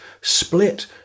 split